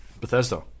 Bethesda